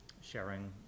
sharing